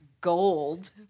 gold